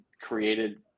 created